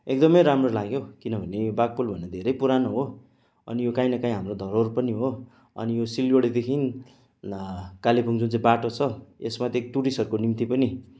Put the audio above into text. एकदमै राम्रो लाग्यो किनभने यो बाघ पुल भन्ने धेरै पुरानो हो अनि यो काहीँ न काहीँ हाम्रो धरोहर पनि हो अनि यो सिलगढीदेखि़ कालेबुङ जुन चाहिँ बाटो छ त्यसमा चाहिँ टुरिस्टहरूको निम्ति पनि